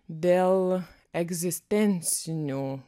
dėl egzistencinių